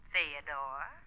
Theodore